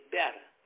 better